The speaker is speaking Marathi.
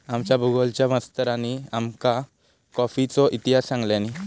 आमच्या भुगोलच्या मास्तरानी आमका कॉफीचो इतिहास सांगितल्यानी